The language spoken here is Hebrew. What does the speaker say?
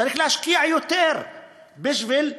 צריך להשקיע יותר בשביל להדביק.